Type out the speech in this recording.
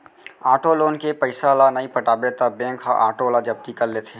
auto loan के पइसा ल नइ पटाबे त बेंक ह आटो ल जब्ती कर लेथे